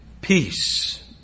peace